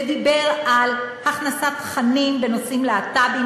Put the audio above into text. ודיבר על הכנסת תכנים בנושאים להט"ביים